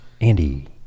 Andy